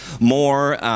more